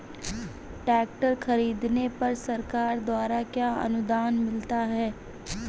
Tractor खरीदने पर सरकार द्वारा क्या अनुदान मिलता है?